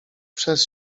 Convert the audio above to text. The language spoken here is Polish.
przez